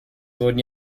wurden